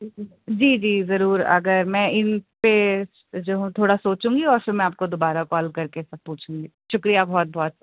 جی جی ضرور اگر میں ان پہ جو ہوں تھوڑا سوچوں گی اور پھر میں آپ کو دوبارہ کال کر کے سب پوچھوں گی شکریہ بہت بہت